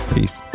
Peace